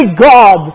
God